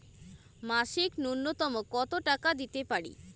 মাসিক নূন্যতম কত টাকা দিতে পারি?